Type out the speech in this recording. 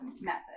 method